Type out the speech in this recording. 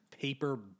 paper